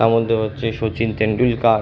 তার মধ্যে হচ্ছে সচিন তেন্ডুলকার